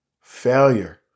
failure